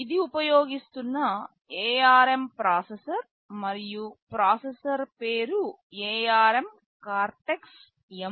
ఇది ఉపయోగిస్తున్న ARM processor మరియు ప్రాసెసర్ పేరు ARM కార్టెక్స్ M4